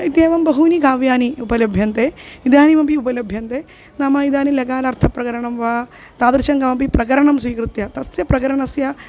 इत्येवं बहूनि काव्यानि उपलभ्यन्ते इदानीमपि उपलभ्यन्ते नाम इदानीं लकारार्थप्रकरणं वा तादृशं किमपि प्रकरणं स्वीकृत्य तस्य प्रकरणस्य